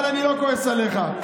אני לא כועס עליך.